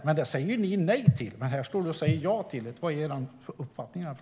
Det säger ni nej till, men här står du och säger ja till det. Vad är er uppfattning egentligen?